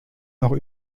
noch